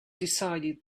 decided